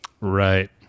Right